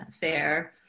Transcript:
fair